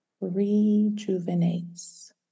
rejuvenates